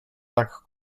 tak